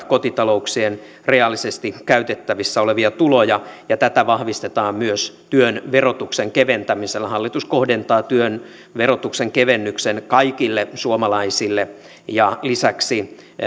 kotitalouksien reaalisesti käytettävissä olevia tuloja ja tätä vahvistetaan myös työn verotuksen keventämisellä hallitus kohdentaa työn verotuksen kevennyksen kaikille suomalaisille lisäksi